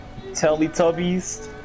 Teletubbies